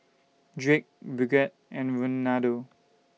Drake Bridgett and Reinaldo